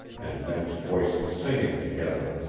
and men's voices singing together.